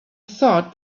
thought